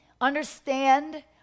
understand